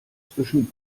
zwischen